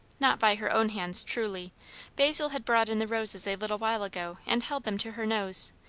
not by her own hands, truly basil had brought in the roses a little while ago and held them to her nose,